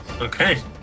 Okay